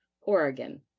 Oregon